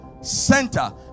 center